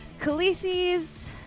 Khaleesi's